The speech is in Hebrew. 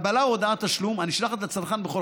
קבלה או הודעת תשלום הנשלחת לצרכן בכל